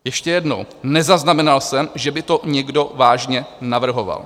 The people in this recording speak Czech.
Ještě jednou: Nezaznamenal jsem, že by to někdo vážně navrhoval.